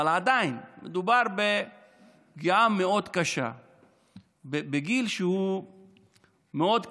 אבל עדיין מדובר בפגיעה מאוד קשה בגיל שהוא מאוד קריטי.